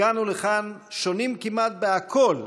הגענו לכאן שונים כמעט בכול,